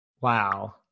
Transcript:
wow